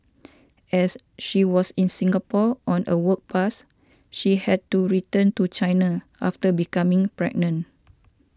as she was in Singapore on a work pass she had to return to China after becoming pregnant